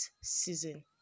season